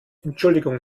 entschuldigung